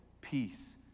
peace